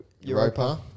Europa